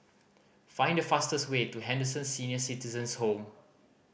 find the fastest way to Henderson Senior Citizens' Home